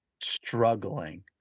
struggling